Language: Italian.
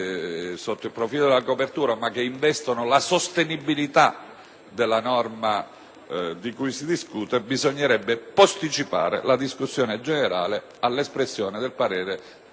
sotto il profilo della copertura, che però investe la sostenibilità della norma di cui si discute, bisognerebbe far seguire la discussione generale all'espressione del parere